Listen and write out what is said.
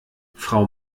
frau